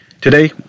Today